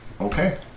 Okay